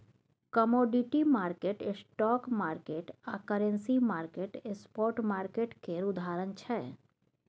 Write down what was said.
commodity market, stock market आ currency market spot market केर उदाहरण छै